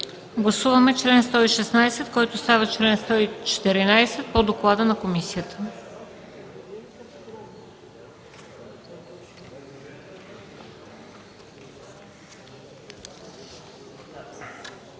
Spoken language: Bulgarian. Гласуваме чл. 116, който става чл. 114 по доклада на комисията.